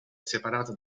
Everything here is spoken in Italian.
separata